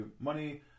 money